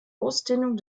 ausdehnung